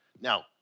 now